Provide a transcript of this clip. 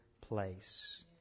place